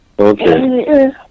Okay